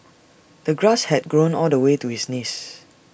the grass had grown all the way to his knees